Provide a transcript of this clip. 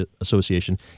Association